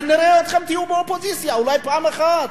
נראה אתכם שתהיו באופוזיציה אולי פעם אחת,